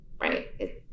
right